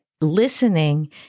listening